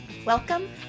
Welcome